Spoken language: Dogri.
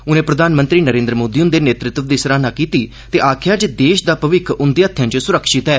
उने प्रधानमंत्री नरेन्द्र मोदी हुंदे नेतृत्व दी सराहना कीती ते आक्खेआ जे देश दा भविकख उंदे हत्थैं च सुरक्षत ऐ